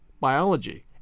biology